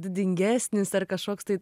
didingesnis ar kažkoks tai